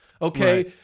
Okay